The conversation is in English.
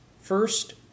First